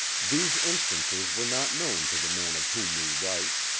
these instances were not known to the man of whom we write,